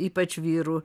ypač vyrų